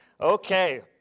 Okay